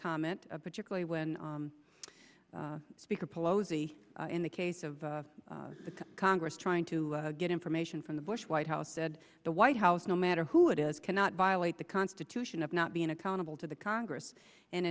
comment particularly when speaker pelosi in the case of congress trying to get information from the bush white house said the white house no matter who it is cannot violate the constitution of not being accountable to the congress and